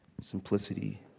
simplicity